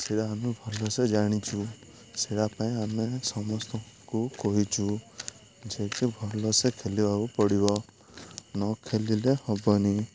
ସେଇଟା ଆମେ ଭଲସେ ଜାଣିଛୁ ସେଇଟା ପାଇଁ ଆମେ ସମସ୍ତଙ୍କୁ କହିଛୁ ଯେ କି ଭଲସେ ଖେଳିବାକୁ ପଡ଼ିବ ନ ଖେଳିଲେ ହବନି